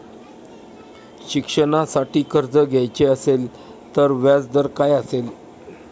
शिक्षणासाठी कर्ज घ्यायचे असेल तर व्याजदर काय असेल?